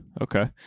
Okay